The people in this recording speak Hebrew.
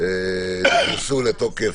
נכנסו לתוקף